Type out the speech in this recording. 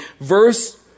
verse